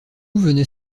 venait